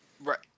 right